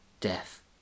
Death